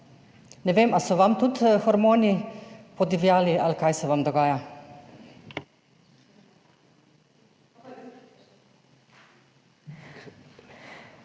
Ne vem, ali so vam tudi hormoni podivjali ali kaj se vam dogaja.